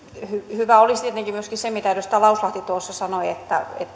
hyvä olisi tietenkin myöskin se mitä edustaja lauslahti tuossa sanoi että